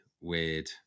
weird